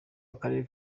akarere